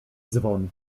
dzwon